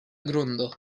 grundo